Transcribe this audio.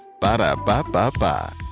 Ba-da-ba-ba-ba